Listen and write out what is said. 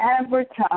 advertise